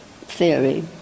theory